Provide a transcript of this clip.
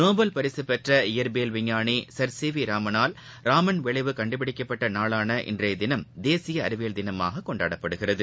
Nobel பரிசு பெற்ற இயற்பியல் விஞ்ஞாளி சர் சி வி ராமனால் ராமன் விளைவுகள் கண்டுபிடிக்கப்பட்ட நாளான இன்றைய தினம் தேசிய அறிவியல் தினமாக கொண்டாடப்படுகிறது